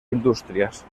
industrias